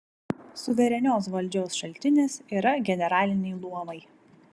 suverenios valdžios šaltinis yra generaliniai luomai